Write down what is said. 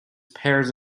pairs